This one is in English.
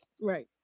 Right